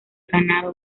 ganado